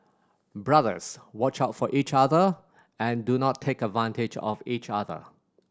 brothers watch out for each other and do not take advantage of each other